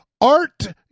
art